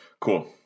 Cool